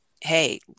hey